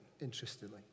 interestingly